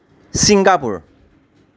Singapore